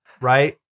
right